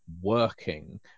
working